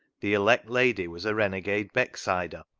the elect lady was a renegade becksider.